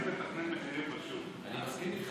התשפ"א 2021, נתקבל.